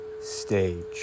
stage